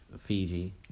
Fiji